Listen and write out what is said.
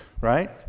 Right